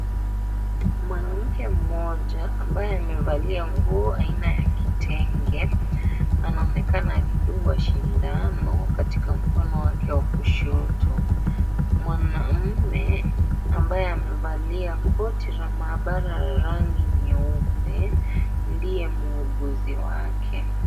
Mwanamke mmoja ambaye amevalia nguo aina ya kitenge anaonekana akidungwa sindano katika mkono wake wa kushoto . Mwanaume ambaye amevalia koti la maabara la rangi nyeupe ndiye muuguzi wake.